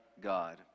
God